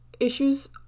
issues